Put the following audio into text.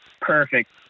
perfect